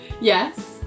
Yes